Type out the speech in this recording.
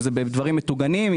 אם זה בדברים מטוגנים,